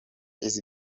eazzy